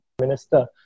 Minister